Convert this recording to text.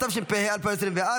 התשפ"ה 2024,